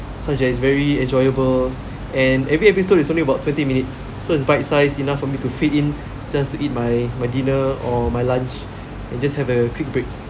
such that it is very enjoyable and every episode is only about twenty minutes so it's bite sized enough for me to fit in just to eat my my dinner or my lunch and just have a quick break